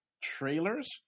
trailers